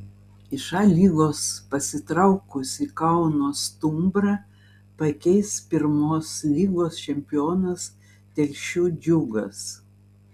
iš a lygos pasitraukusį kauno stumbrą pakeis pirmos lygos čempionas telšių džiugas